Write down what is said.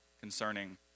concerning